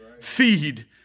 Feed